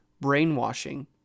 brainwashing